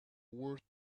worth